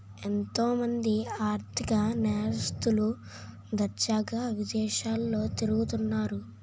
ఎంతో మంది ఆర్ధిక నేరస్తులు దర్జాగా విదేశాల్లో తిరుగుతన్నారు